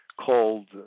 called